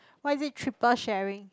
why is it triple sharing